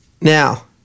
Now